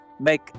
make